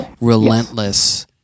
relentless